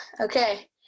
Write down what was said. Okay